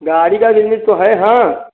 गाड़ी का अरेंजमेन्ट तो है हाँ